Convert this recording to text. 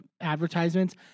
advertisements